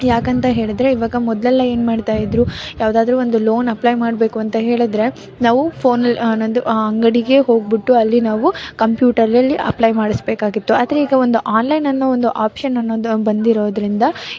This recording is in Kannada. ಯಾಕಂತ ಹೇಳಿದರೆ ಈವಾಗ ಮೊದಲೆಲ್ಲ ಏನು ಮಾಡ್ತಾಯಿದ್ದರು ಯಾವ್ದಾದ್ರೂ ಒಂದು ಲೋನ್ ಅಪ್ಲೈ ಮಾಡಬೇಕು ಅಂತ ಹೇಳಿದರೆ ನಾವು ಫೋನಲ್ಲಿ ನನ್ನದು ಅಂಗಡಿಗೇ ಹೋಗಿಬಿಟ್ಟು ಅಲ್ಲಿ ನಾವು ಕಂಪ್ಯೂಟರಲ್ಲಿ ಅಪ್ಲೈ ಮಾಡಿಸಬೇಕಾಗಿತ್ತು ಆದರೆ ಈಗ ಒಂದು ಆನ್ಲೈನ್ ಅನ್ನೋ ಒಂದು ಆಪ್ಶನ್ ಅನ್ನೋದು ಬಂದಿರೋದರಿಂದ